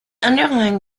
underlying